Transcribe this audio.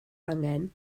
angen